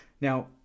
Now